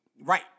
Right